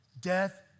Death